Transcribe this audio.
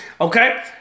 Okay